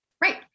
Right